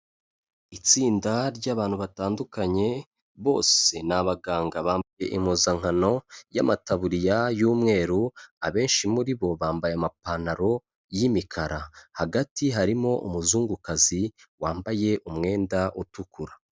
Itsinda ry'abantu batandukanye, bose ni abaganga bambaye impuzankano y'amataburiya y'umweru, abenshi muri bo bambaye amapantaro y'imikara. Hagati harimo umuzungukazi wambaye umwenda utukura.